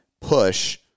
push